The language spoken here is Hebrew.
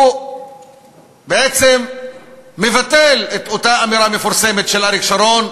הוא בעצם מבטל את אותה אמירה מפורסמת של אריק שרון: